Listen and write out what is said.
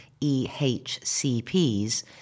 EHCPs